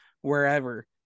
wherever